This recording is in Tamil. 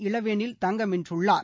இளவேனில் தங்கம் வென்றுள்ளார்